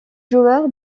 joueur